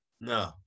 no